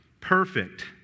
perfect